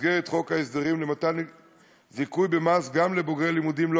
במסגרת חוק ההסדרים למתן זיכוי במס גם לבוגרי לימודים לא